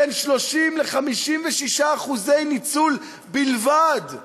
בין 30% ל-56% ניצול בלבד.